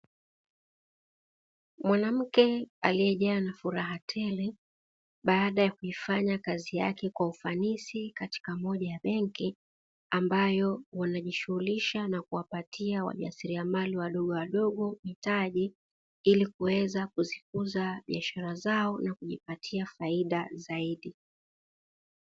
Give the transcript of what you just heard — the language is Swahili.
Mwanamke aliyejaa na furaha tele, baada ya kuifanya kazi yake kwa ufanisi katika moja ya benki, ambayo wanajishughulisha na kuwapatia wajasiriamali wa wadogwadogo mitaji ili kuweza kuzikuza biashara zao na kujipatia faida zaidi.